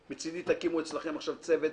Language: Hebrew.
מצידי תקימו אצלכם עכשיו צוות